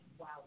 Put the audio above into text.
Wow